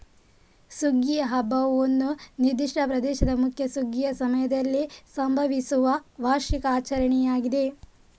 ಸುಗ್ಗಿಯ ಹಬ್ಬವು ಒಂದು ನಿರ್ದಿಷ್ಟ ಪ್ರದೇಶದ ಮುಖ್ಯ ಸುಗ್ಗಿಯ ಸಮಯದಲ್ಲಿ ಸಂಭವಿಸುವ ವಾರ್ಷಿಕ ಆಚರಣೆಯಾಗಿದೆ